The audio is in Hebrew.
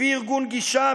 לפי ארגון גישה,